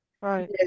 Right